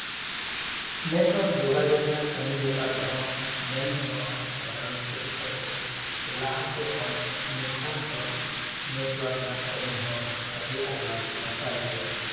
ᱱᱮᱴᱣᱟᱨ ᱡᱳᱜᱟᱡᱳᱜ ᱠᱟᱹᱢᱤ ᱵᱮᱯᱟᱨ ᱛᱮᱦᱚᱸ ᱢᱮᱱ ᱜᱟᱱᱚᱜᱼᱟ ᱥᱟᱫᱷᱟᱨᱚᱱ ᱠᱟᱹᱴᱤᱡ ᱠᱟᱛᱷᱟ ᱛᱮ ᱡᱮ ᱞᱟᱦᱟᱛᱮ ᱠᱷᱚᱱ ᱱᱮᱛᱟᱨ ᱫᱚ ᱱᱮᱴᱣᱟᱨᱠ ᱨᱮᱭᱟᱜ ᱠᱟᱹᱢᱤ ᱫᱚ ᱟᱹᱰᱤ ᱱᱟᱯᱟᱭ ᱜᱮᱭᱟ